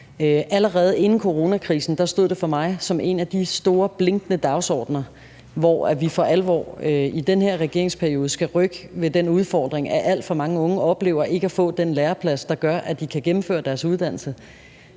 Allerede inden coronakrisen stod det for mig som en af de store blinkende dagsordener, at vi for alvor i den her regeringsperiode skal rykke ved den udfordring, at alt for mange unge oplever ikke at få den læreplads, der gør, at de kan gennemføre deres uddannelse.